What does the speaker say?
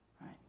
right